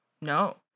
no